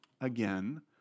Again